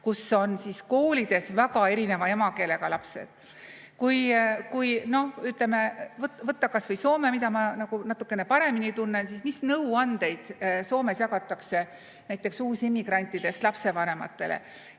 kus on koolides väga erineva emakeelega lapsed. Kui noh, ütleme, võtta kas või Soome, mida ma natukene paremini tunnen, siis mis nõuandeid Soomes jagatakse näiteks uusimmigrantidest lapsevanematele?